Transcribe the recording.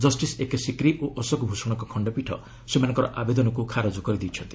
justice A K Sikri ଓ ଅଶୋକ ଭୂଷଣଙ୍କ ଖଣ୍ଡପୀଠ ସେମାନଙ୍କ ଆବେଦନକୁ ଖାରଜ କରିଦେଇଛନ୍ତି